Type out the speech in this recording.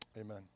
Amen